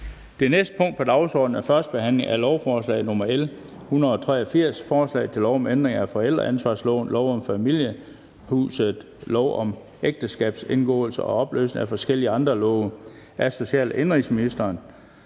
Det næste punkt på dagsordenen er: 9) 1. behandling af lovforslag nr. L 183: Forslag til lov om ændring af forældreansvarsloven, lov om Familieretshuset, lov om ægteskabs indgåelse og opløsning og forskellige andre love. (Afskaffelse